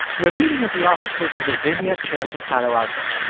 we're meeting at the offices of the vineyard church in palo alto.